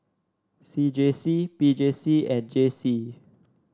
C J C P J C and J C